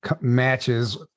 Matches